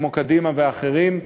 כמו קדימה ואחרים,